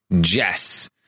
Jess